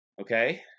Okay